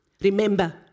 Remember